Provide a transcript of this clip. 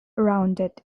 rounded